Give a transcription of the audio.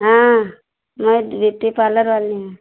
हाँ मैं beauty parlour वाली हूँ